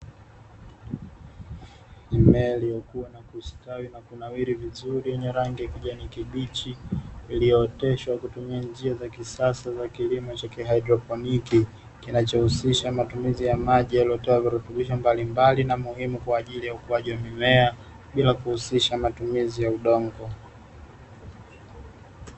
Mimea iliyokuwa na kustawi na kunawiri vizuri ua kijani kibichi iliyooteshwa kwa kutumia mfumo wa kisasa wa kilimo cha haidroponi, kinachohusisha matumizi wa maji yaliyo na virutubisho mbalimbali na muhimu kwa ajili ya ukuaji wa mimea bila kuhusisha matumizi ya udongo.